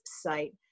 site